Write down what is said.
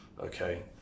Okay